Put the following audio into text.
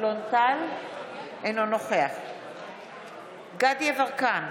אינו נוכח דסטה גדי יברקן,